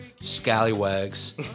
scallywags